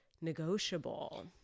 Negotiable